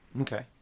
Okay